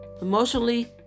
emotionally